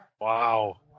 Wow